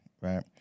right